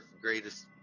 greatest